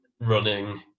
running